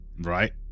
Right